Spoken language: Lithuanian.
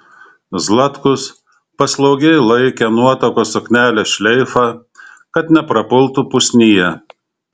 zlatkus paslaugiai laikė nuotakos suknelės šleifą kad neprapultų pusnyje